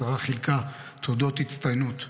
השרה חילקה תעודות הצטיינות.